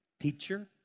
teacher